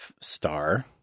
star